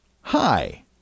Hi